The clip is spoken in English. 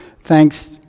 thanks